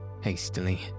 hastily